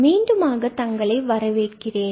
மீண்டும் தங்களை வரவேற்கிறேன்